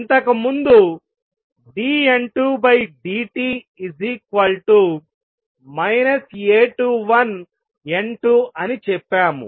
ఇంతకుముందు dN2dt A21N2 అని చెప్పాము